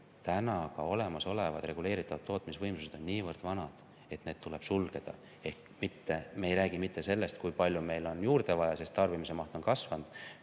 et meie olemasolevad reguleeritavad tootmisvõimsused on niivõrd vanad, et need tuleb sulgeda. Ehk mitte me ei räägi mitte sellest, kui palju meil on juurde vaja, sest tarbimise maht on kasvanud,